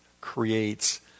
creates